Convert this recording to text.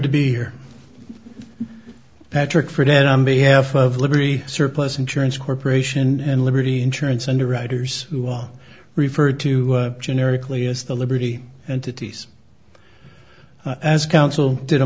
to be here patrick for dead on behalf of livery surplus insurance corporation and liberty insurance underwriters who are referred to generically as the liberty and titties as counsel did a